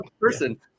person